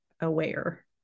aware